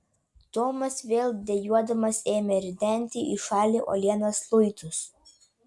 tomas vėl dejuodamas ėmė ridenti į šalį uolienos luitus